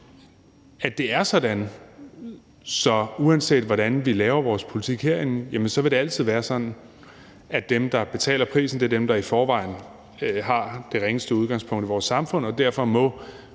at det er sådan. Så uanset hvordan vi laver vores politik herinde, er dem, der betaler prisen, dem, der i forvejen har det ringeste udgangspunkt i vores samfund, og derfor må